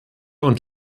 und